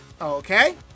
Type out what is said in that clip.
Okay